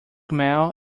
mail